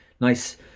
nice